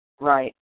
right